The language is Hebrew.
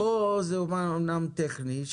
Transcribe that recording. פה זה אומנם טכני,